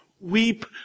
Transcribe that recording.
weep